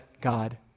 God